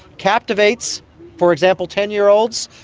captivates for example ten year olds,